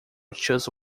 choose